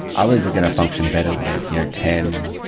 others are going to function better with you know ten,